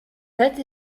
that